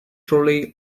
trolley